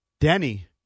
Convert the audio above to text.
Denny